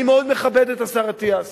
אני מאוד מכבד את השר אטיאס,